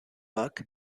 buck